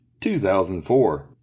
2004